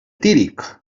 tírig